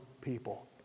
people